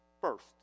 first